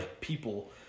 people